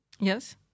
Yes